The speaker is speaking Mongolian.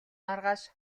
маргааш